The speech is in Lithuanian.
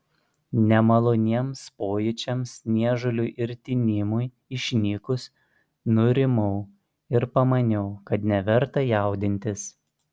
nemaloniems pojūčiams niežuliui ir tinimui išnykus nurimau ir pamaniau kad neverta jaudintis